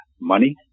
money